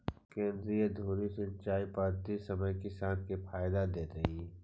केंद्रीय धुरी सिंचाई पद्धति सब किसान के फायदा देतइ